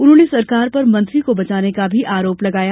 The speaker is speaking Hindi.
उन्होंने सरकार पर मंत्री को बचाने का आरोप भी लगाया